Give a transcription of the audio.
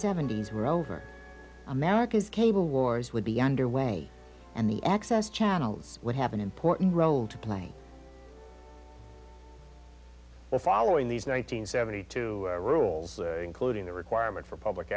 seventy s were over america's cable wars would be underway and the access channels would have an important role to play well following these nine hundred and seventy two rules including the requirement for public